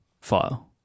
file